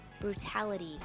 brutality